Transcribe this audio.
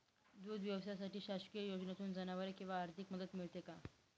दूध व्यवसायासाठी शासकीय योजनेतून जनावरे किंवा आर्थिक मदत मिळते का?